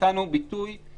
רצינו לפתוח את הקניונים,